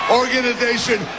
organization